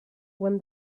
when